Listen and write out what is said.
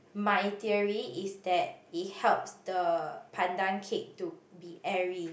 my theory is that it helps the pandan cake to be airy